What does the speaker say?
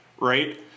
right